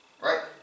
right